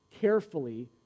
carefully